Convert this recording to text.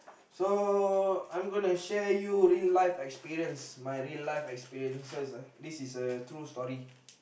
so I'm gonna share you real life experience my real life experience says uh this is a true story